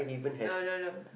no no no